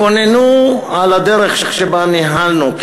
קוננו על הדרך שבה ניהלנו,